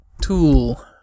tool